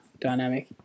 dynamic